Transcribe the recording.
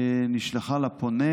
נשלחה לפונה,